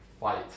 fight